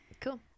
Cool